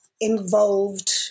involved